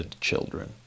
children